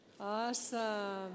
Awesome